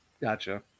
Gotcha